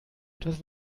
etwas